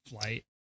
flight